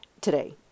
today